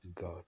God